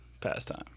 pastime